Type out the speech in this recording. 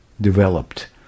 developed